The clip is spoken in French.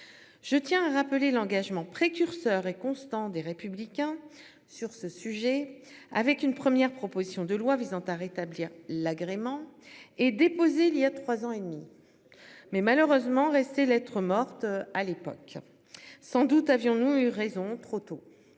Je tiens à rappeler l'engagement précurseur et constant des républicains sur ce sujet avec une première proposition de loi visant à rétablir l'agrément et déposé il y a 3 ans et demi. Mais malheureusement restées lettre morte. À l'époque. Sans doute avions-nous eu raison trop tôt.